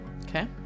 Okay